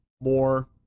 more